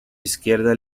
izquierda